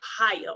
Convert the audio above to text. Ohio